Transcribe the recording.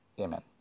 Amen